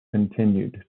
continued